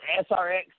SRX